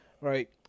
right